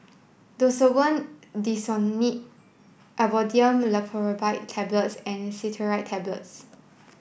Desowen Desonide Imodium Loperamide Tablets and Cetirizine Tablets